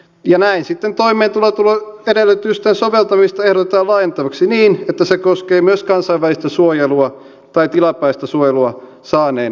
ja näin sitten toimeentulon edellytysten soveltamista ehdotetaan laajennettavaksi niin että se koskee myös kansainvälistä suojelua tai tilapäistä suojelua saaneen perheen yhdistämistä